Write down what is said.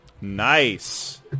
Nice